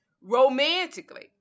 romantically